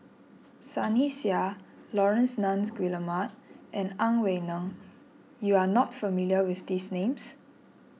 Sunny Sia Laurence Nunns Guillemard and Ang Wei Neng you are not familiar with these names